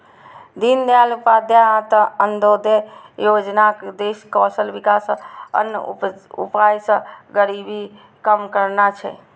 दीनदयाल उपाध्याय अंत्योदय योजनाक उद्देश्य कौशल विकास आ अन्य उपाय सं गरीबी कम करना छै